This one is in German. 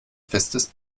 festes